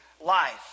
life